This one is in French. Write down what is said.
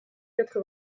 quatre